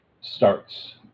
starts